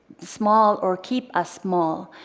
small or keep us small,